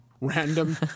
random